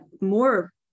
more